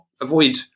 avoid